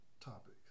topic